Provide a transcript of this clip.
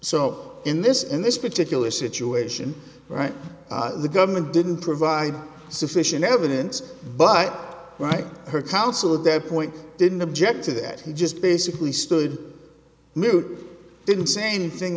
so in this in this particular situation right the government didn't provide sufficient evidence but right her counsel of their point didn't object to that he just basically stood mute didn't say anything